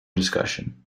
discussion